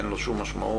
אין לו שום משמעות,